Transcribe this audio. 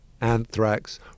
anthrax